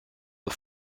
the